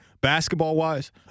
basketball-wise